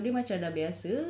ya ya ya